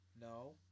No